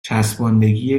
چسبندگی